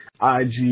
IG